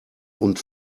und